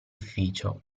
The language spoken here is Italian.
ufficio